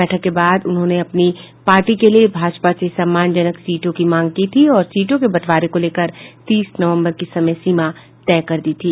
बैठक के बाद उन्होंने अपनी पार्टी के लिये भाजपा से सम्मानजनक सीटों की मांग की थी और सीटों के बंटवारे को लेकर तीस नवम्बर की समयसीमा तय कर दी थी